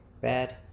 bad